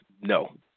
no